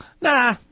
Nah